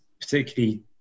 particularly